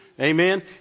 Amen